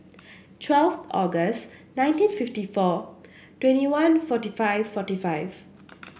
twelve August nineteen fifty four twenty one forty five forty five